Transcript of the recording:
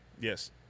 Yes